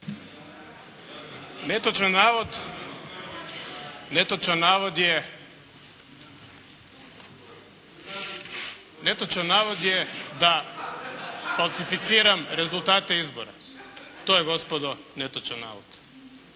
netočan navod je da falsificiram rezultate izbora. To je gospodo netočan navod.